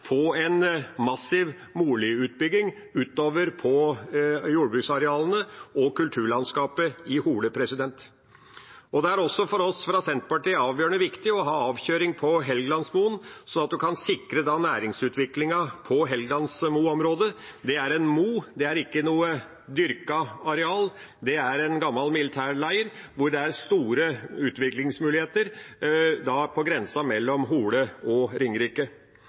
få en massiv boligutbygging på jordbruksarealene og i kulturlandskapet i Hole. Det er også for oss fra Senterpartiet avgjørende viktig å ha avkjøring på Helgelandsmoen, slik at en kan sikre næringsutviklingen på Helgelandsmoen-området. Det er en mo, det er ikke noe dyrket areal, det er en gammel militærleir hvor det er store utviklingsmuligheter på grensen mellom Hole og Ringerike.